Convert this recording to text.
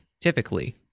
typically